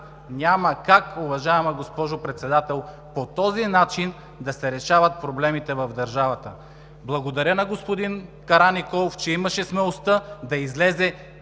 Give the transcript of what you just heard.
Няма как, уважаема госпожо Председател, по този начин да се решават проблемите в държавата. Благодаря на господин Караниколов, че имаше смелостта да излезе